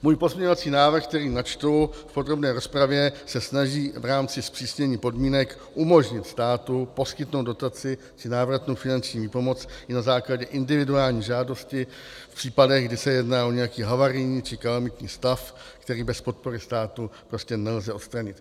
Můj pozměňovací návrh, který načtu v podrobné rozpravě, se snaží v rámci zpřísnění podmínek umožnit státu poskytnout dotaci či návratnou finanční výpomoc i na základě individuální žádosti v případech, kdy se jedná o nějaký havarijní či kalamitní stav, který bez podpory státu prostě nelze odstranit.